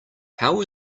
how